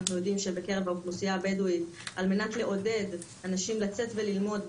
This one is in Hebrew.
אנחנו יודעים שבקרב האוכלוסייה הבדואית על מנת לעודד אנשים לצאת וללמוד,